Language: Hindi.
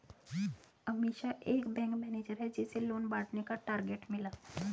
अमीषा एक बैंक मैनेजर है जिसे लोन बांटने का टारगेट मिला